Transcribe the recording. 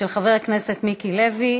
של חבר הכנסת מיקי לוי.